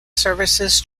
services